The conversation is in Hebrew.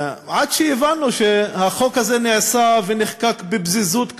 עד שהבנו שהחוק הזה נעשה ונחקק בפזיזות כזאת,